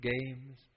games